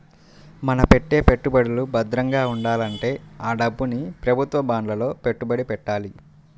మన పెట్టే పెట్టుబడులు భద్రంగా ఉండాలంటే ఆ డబ్బుని ప్రభుత్వ బాండ్లలో పెట్టుబడి పెట్టాలి